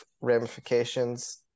ramifications